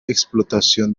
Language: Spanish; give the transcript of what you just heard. explotación